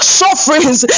sufferings